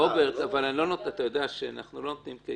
רוברט, אתה יודע שאנחנו לא נותנים, כי